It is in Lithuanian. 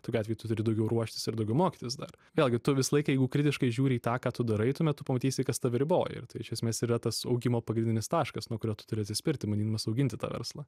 tokiu atveju tu turi daugiau ruoštis ir daugiau mokytis dar vėlgi tu visą laiką jeigu kritiškai žiūri į tą ką tu darai tuomet tu pamatysi kas tave riboja ir tai iš esmės yra tas augimo pagrindinis taškas nuo kurio tu turi atsispirti bandydamas auginti tą verslą